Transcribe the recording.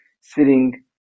sitting